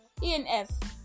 ENF